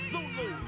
Zulu